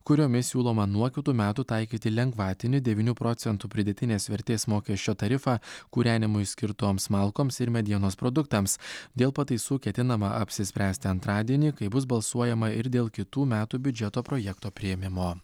kuriomis siūloma nuo kitų metų taikyti lengvatinį devynių procentų pridėtinės vertės mokesčio tarifą kūrenimui skirtoms malkoms ir medienos produktams dėl pataisų ketinama apsispręsti antradienį kai bus balsuojama ir dėl kitų metų biudžeto projekto priėmimo